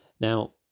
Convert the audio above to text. Now